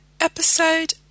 Episode